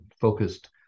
focused